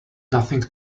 nothing